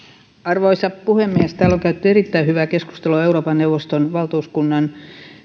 arvoisa puhemies täällä on käyty erittäin hyvää keskustelua euroopan neuvoston valtuuskunnan